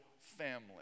family